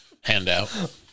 handout